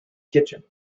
kitchen